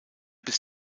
bis